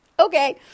Okay